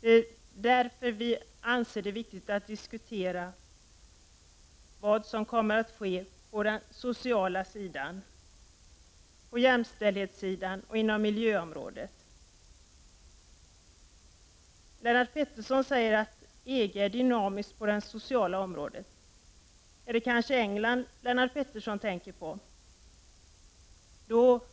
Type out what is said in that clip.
Det är därför vi anser det viktigt att diskutera vad som kommer att ske på den sociala sidan, på jämställdhetssidan och på miljöområdet. Lennart Pettersson säger att EG är dynamiskt på det sociala området. Är det kanske England Lennart Pettersson tänker på? I så fall